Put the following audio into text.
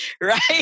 right